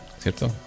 ¿cierto